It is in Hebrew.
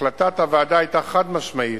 החלטת הוועדה היתה חד-משמעית,